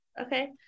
Okay